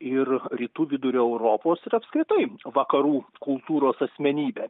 ir rytų vidurio europos ir apskritai vakarų kultūros asmenybė